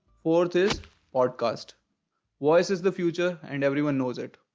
fourth is podcast voice is the future and everyone knows it.